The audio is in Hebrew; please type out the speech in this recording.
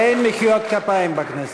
אין מחיאות כפיים בכנסת.